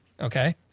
okay